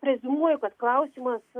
preziumuoju kad klausimas